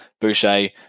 Boucher